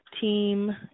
team